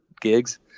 gigs